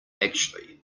actually